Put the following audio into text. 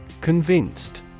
Convinced